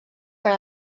per